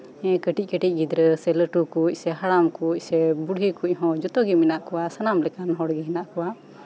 ᱠᱟᱹᱴᱤᱡ ᱠᱟᱹᱴᱤᱡ ᱜᱤᱫᱽᱨᱟ ᱥᱮ ᱞᱟᱹᱴᱩ ᱠᱚᱡ ᱦᱟᱲᱟᱢ ᱠᱚᱡ ᱥᱮ ᱵᱩᱰᱷᱤ ᱠᱚᱡ ᱡᱚᱛᱚ ᱜᱮ ᱢᱮᱱᱟᱜ ᱠᱚᱣᱟ ᱥᱟᱱᱟᱢ ᱞᱮᱠᱟᱱ ᱦᱚᱲᱜᱮ ᱢᱮᱱᱟᱜ ᱠᱚᱣᱟ